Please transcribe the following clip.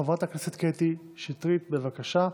חברת הכנסת קטי שטרית, בבקשה.